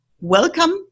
Welcome